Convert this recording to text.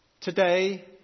Today